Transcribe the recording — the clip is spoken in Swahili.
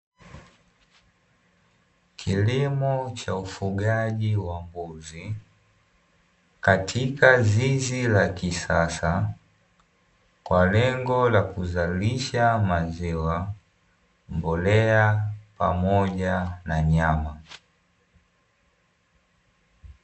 Kilimo cha ufugaji wa mbuzi katika zizi la kisasa kwa lengo la kuzalisha maziwa, mbolea pamoja na nyama.